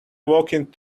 walking